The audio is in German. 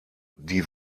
die